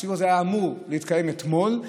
הסיור הזה היה אמור להתקיים אתמול.